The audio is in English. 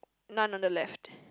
none on the left